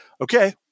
Okay